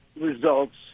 results